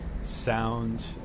sound